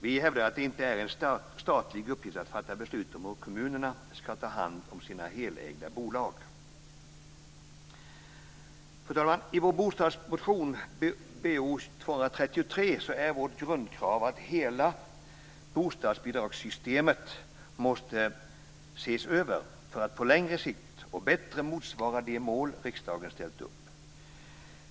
Vi hävdar att det inte är en statlig uppgift att fatta beslut om hur kommunerna skall ta hand om sina helägda bolag. Fru talman! I vår bostadsmotion BoU233 är vårt grundkrav att hela bostadsbidragssystemet måste ses över för att på längre sikt bättre motsvara de mål riksdagen ställt upp.